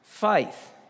Faith